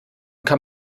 kann